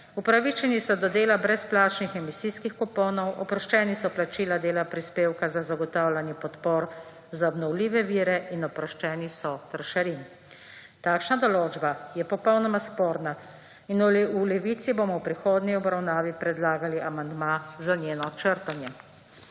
upravičeni so do dela brezplačnih emisijskih kuponov, oproščeni so plačila dela prispevka za zagotavljanje podpor za obnovljive vire in oproščeni so trošarin. Takšna določba je popolnoma sporna in v Levici bomo v prihodnji obravnavi predlagali amandma za njeno črtanje.